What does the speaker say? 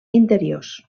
interiors